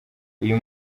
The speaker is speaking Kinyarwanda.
uyu